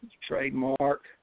trademark